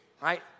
Right